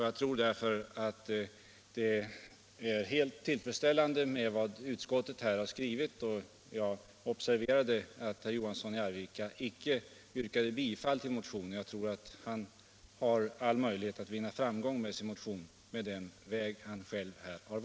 Jag tror därför att det som utskottet har skrivit är fullt tillfredsställande. Jag observerade att herr Johansson i Arvika icke yrkade bifall till sin motion. Jag tror att han har alla möjligheter att vinna framgång med sin motion på den väg som han här själv har valt.